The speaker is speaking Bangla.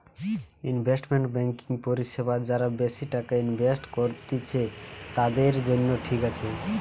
ইনভেস্টমেন্ট বেংকিং পরিষেবা যারা বেশি টাকা ইনভেস্ট করত্তিছে, তাদের জন্য ঠিক আছে